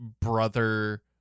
brother